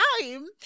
time